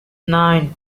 nine